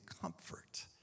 comfort